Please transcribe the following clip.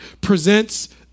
presents